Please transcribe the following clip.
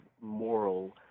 moral